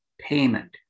payment